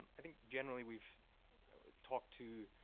i think generally we've talked to,